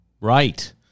Right